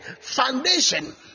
foundation